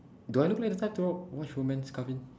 do I look like the type to watch romance Calvin